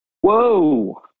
Whoa